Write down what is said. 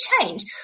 change